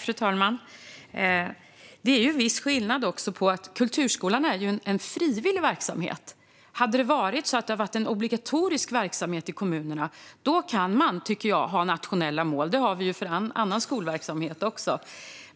Fru talman! Det är en viss skillnad. Kulturskolan är ju en frivillig verksamhet. Hade det varit en obligatorisk verksamhet i kommunerna hade man, tycker jag, kunnat ha nationella mål. Det har vi för annan skolverksamhet.